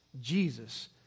Jesus